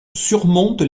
surmonte